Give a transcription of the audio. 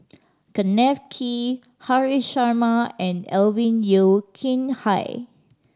Kenneth Kee Haresh Sharma and Alvin Yeo Khirn Hai